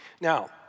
Now